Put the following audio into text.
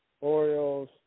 Orioles